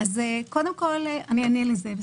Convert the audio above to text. אענה לזה.